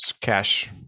cash